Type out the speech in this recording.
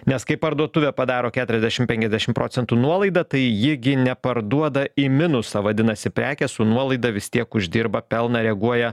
nes kai parduotuvė padaro keturiasdešim penkiasdešim procentų nuolaidą tai ji gi neparduoda į minusą vadinasi prekė su nuolaida vis tiek uždirba pelną reaguoja